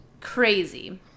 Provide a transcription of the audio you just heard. crazy